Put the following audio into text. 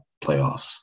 playoffs